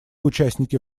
участники